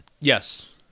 Yes